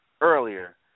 earlier